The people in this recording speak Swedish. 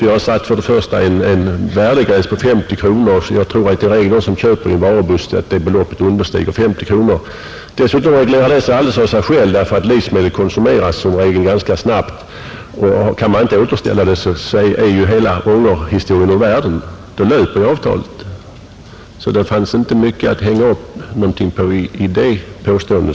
Vi har satt en värdegräns på 50 kronor; vid köp från varubuss torde beloppet i regel understiga 50 kronor, Dessutom reglerar detta sig automatiskt, eftersom livsmedel som regel konsumeras ganska snabbt. Om inte varan kan återställas, är hela historien ur världen. Då löper ju avtalet. Fru Jonängs invändning på den punkten är alltså inte särskilt övertygande.